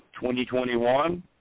2021